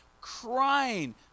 crying